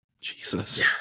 Jesus